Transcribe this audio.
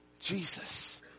Jesus